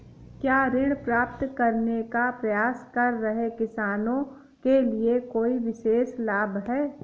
क्या ऋण प्राप्त करने का प्रयास कर रहे किसानों के लिए कोई विशेष लाभ हैं?